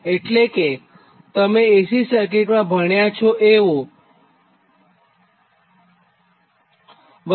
એટલે કે તમે AC સર્કિટમાં ભણ્યા છો એવું જ